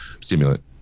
stimulant